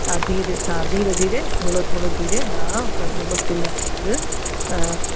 हा धीरे धीरे धीरे थोरो थोरो धीरे हा ॿ किलो खीर हा